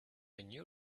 new